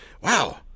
Wow